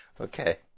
Okay